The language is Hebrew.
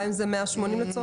גם אם זה 180 ימים?